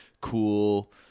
cool